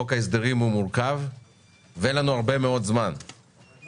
חוק ההסדרים מורכב ואין לנו הרבה מאוד זמן ולכן